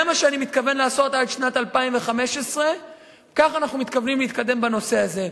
זה מה שאני מתכוון לעשות עד שנת 2015. ככה אנחנו מתכוונים להתקדם בנושא הזה.